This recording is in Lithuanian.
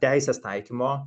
teisės taikymo